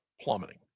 plummeting